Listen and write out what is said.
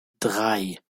drei